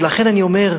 ולכן אני אומר: